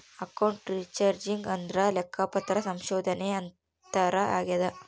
account researching ಅಂದ್ರೆ ಲೆಕ್ಕಪತ್ರ ಸಂಶೋಧನೆ ಅಂತಾರ ಆಗ್ಯದ